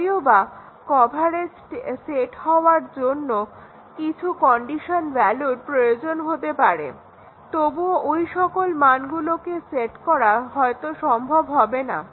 যদিওবা coverage set হওয়ার জন্য কিছু কন্ডিশন ভ্যালুর প্রয়োজন হতে পারে তবুও ঐসকল মানগুলোকে সেট করা হয়তো সম্ভব হবে না